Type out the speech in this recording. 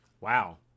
Wow